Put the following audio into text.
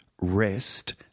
rest